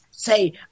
say